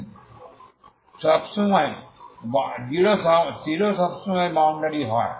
0 সব সময় বাউন্ডারি য়